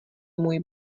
můj